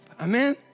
Amen